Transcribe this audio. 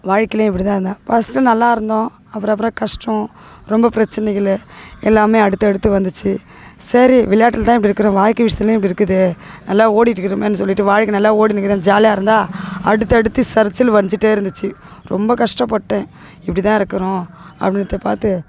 வாழ்க்கையிலையும் இப்படி தான் இருந்தேன் ஃபஸ்ட்டு நல்லா இருந்தோம் அப்புறம் அப்புறம் கஷ்டம் ரொம்ப பிரச்சனைகள் எல்லாமே அடுத்து அடுத்து வந்துச்சு சரி விளையாட்டில் தான் இப்படி இருக்கிறோம் வாழ்க்கை விஷயத்துலையும் இப்படி இருக்குதே நல்லா ஓடிட்டு இருக்கிறமேன்னு சொல்லிட்டு வாழ்க்கை நல்லா ஓடின்னு இருக்குதேன்னு ஜாலியாக இருந்தால் அடுத்து அடுத்து சரிச்சல் வஞ்சிட்டே இருந்துச்சு ரொம்ப கஷ்டப்பட்டேன் இப்படி தான் இருக்கிறோம் அப்படின்னுத்த பார்த்து